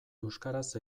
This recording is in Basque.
euskaraz